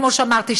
כמו שאמרתי,